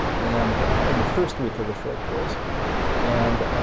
and in the first week of the short course and